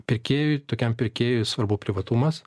pirkėjui tokiam pirkėjui svarbu privatumas